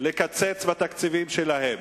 לקצץ בתקציבים שלהם.